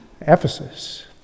Ephesus